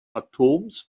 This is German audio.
atoms